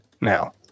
now